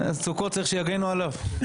סוכות צריך שיגנו עליו?